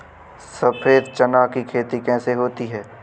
सफेद चना की खेती कैसे होती है?